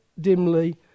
dimly